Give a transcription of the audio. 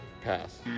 pass